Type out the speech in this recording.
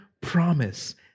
promise